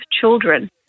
children